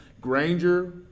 Granger